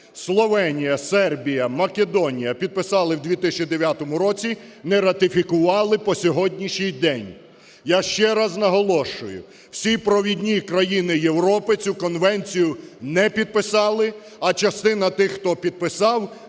Словенія, Сербія, Македонія підписали в 2009 році, не ратифікували по сьогоднішній день. Я ще раз наголошую, всі провідні країни Європи цю конвенцію не підписали, а частина тих, хто підписав,